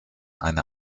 eine